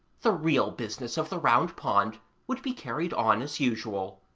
the real business of the round pond would be carried on as usual.